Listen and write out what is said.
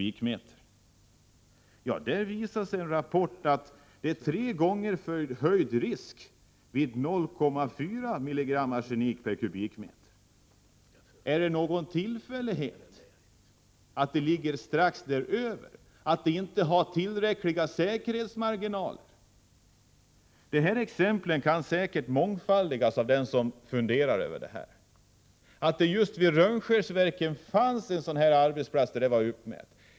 I en rappport visas att det är tre gånger förhöjd risk vid 0,04 mg arsenik per m?. Är det någon tillfällighet att gränsvärdet ligger strax däröver, att vi inte har tillräckliga säkerhetsmarginaler? Det här exemplet kan säkert mångfaldigas av den som funderar över detta. Vid Rönnskärsverken fanns en arbetsplats där värdet var uppmätt.